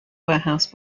warehouse